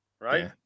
right